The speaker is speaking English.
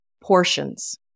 portions